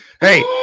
Hey